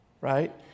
right